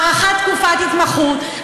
הארכת תקופת התמחות,